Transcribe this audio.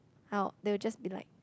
how they will just be like